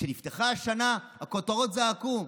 כשנפתחה השנה, הכותרות זעקו: